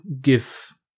give